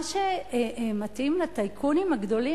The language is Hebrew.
מה שמתאים לטייקונים הגדולים,